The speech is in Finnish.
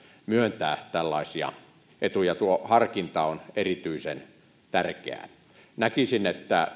myöntää tällaisia etuja tuo harkinta on erityisen tärkeää näkisin että